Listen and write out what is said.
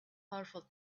powerful